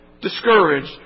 discouraged